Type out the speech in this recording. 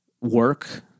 work